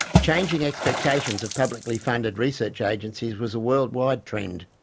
changing expectations of publicly funded research agencies was a world-wide trend.